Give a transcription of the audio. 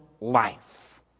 life